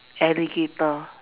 alligator